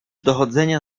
dochodzenia